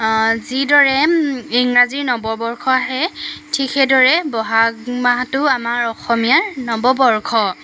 যিদৰে ইংৰাজীৰ নৱবৰ্ষ আহে ঠিক সেইদৰে বহাগ মাহটো আমাৰ অসমীয়াৰ নৱবৰ্ষ